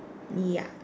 ya